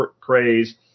craze